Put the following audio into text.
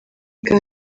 bwa